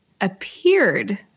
appeared